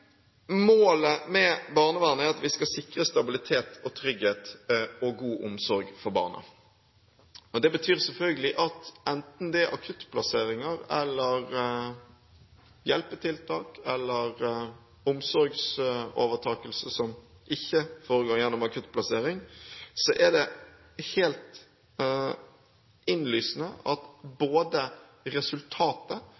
målet med barnevernet, er at vi skal sikre stabilitet, trygghet og god omsorg for barnet. Det betyr selvfølgelig at enten det er akuttplasseringer, hjelpetiltak eller omsorgsovertakelse som ikke foregår gjennom akuttplassering, er det helt innlysende at